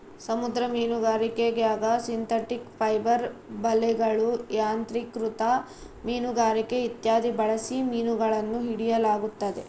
ಸಮುದ್ರ ಮೀನುಗಾರಿಕ್ಯಾಗ synthetic fibre ಬಲೆಗಳು, ಯಾಂತ್ರಿಕೃತ ಮೀನುಗಾರಿಕೆ ಇತ್ಯಾದಿ ಬಳಸಿ ಮೀನುಗಳನ್ನು ಹಿಡಿಯಲಾಗುತ್ತದೆ